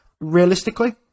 realistically